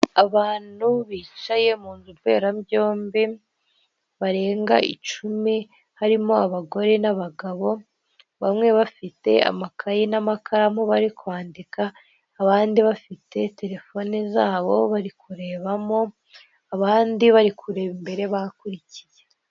Abantu bicaye mu nzu mberabyombi barenga icumi harimo abagore n'abagabo bamwe bafite amakayi n'amakaramu bari kwandika abandi bafite telefone zabo bari kurebamo abandi bari kureba imbere bakurikiye.